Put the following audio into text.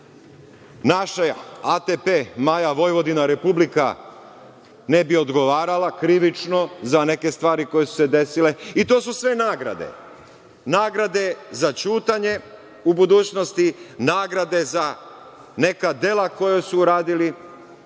naše ATP Maja Vojvodina Republika ne bi odgovarala krivično za neke stvari koje su se desile i to su sve nagrade. Nagrade za ćutanje u budućnosti. Nagrade za neka dela koja su uradili